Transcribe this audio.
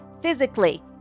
physically